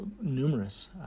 numerous